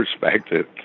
perspective